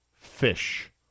fish